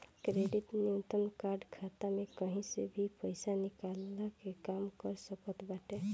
credit union card खाता में कही से भी पईसा निकलला के काम कर सकत बाटे